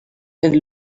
and